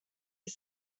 his